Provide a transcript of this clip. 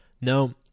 No